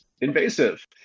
invasive